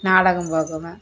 நாடகம் பார்க்குவேன்